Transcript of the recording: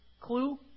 clue